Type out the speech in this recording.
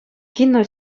кино